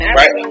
right